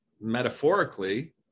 metaphorically